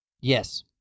Yes